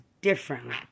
differently